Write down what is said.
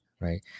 right